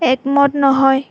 একমত নহয়